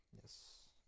yes